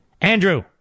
Andrew